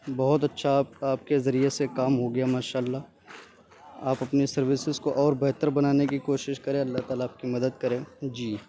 بہت اچھا آپ آپ کے ذریعے سے کام ہو گیا ماشاء اللہ آپ اپنی سروسز کو اور بہتر بنانے کی کوشش کریں اللہ تعالیٰ آپ کی مدد کرے جی